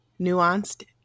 nuanced